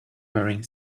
wearing